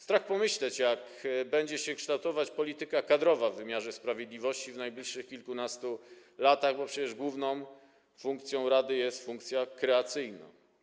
Strach pomyśleć, jak będzie się kształtować polityka kadrowa w wymiarze sprawiedliwości w najbliższych kilkunastu latach, bo przecież główną funkcją rady jest funkcja kreacyjna.